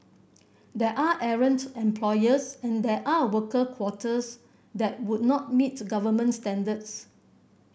there are errant employers and there are worker quarters that would not meet government standards